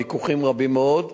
ויכוחים רבים מאוד,